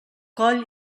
coll